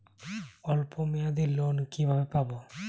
অল্প মেয়াদি লোন কিভাবে পাব?